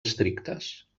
estrictes